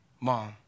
mom